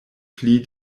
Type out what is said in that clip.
pli